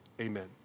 amen